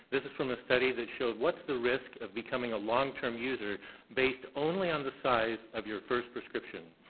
this is from a study that showed what's the risk of becoming a long-term user based only on the size of your first prescription.